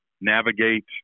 navigate